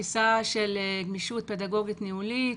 של גמישות פדגוגית-ניהולית,